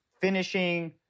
finishing